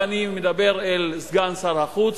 ואני מדבר אל סגן שר החוץ,